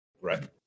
Right